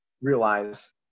realize